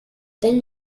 then